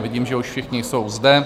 Vidím, že už všichni jsou zde.